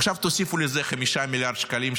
עכשיו תוסיפו לזה 5 מיליארד שקלים,